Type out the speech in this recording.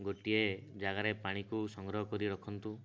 ଗୋଟିଏ ଜାଗାରେ ପାଣିକୁ ସଂଗ୍ରହ କରି ରଖନ୍ତୁ